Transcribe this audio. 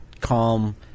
calm